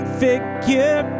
figure